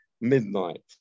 midnight